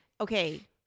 okay